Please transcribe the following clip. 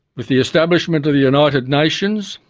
with the establishment of the united nations,